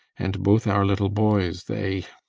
and both our little boys, they